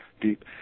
deep